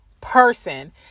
person